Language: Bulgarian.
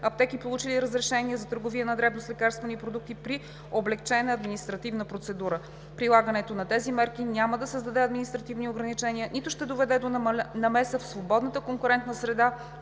аптеки, получили разрешение за търговия на дребно с лекарствени продукти, при облекчена административна процедура. Прилагането на тези мерки няма да създаде административни ограничения, нито ще доведе до намеса в свободната конкурентна среда,